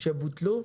שבוטלו?